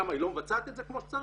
למה היא לא מבצעת את זה כמו שצריך?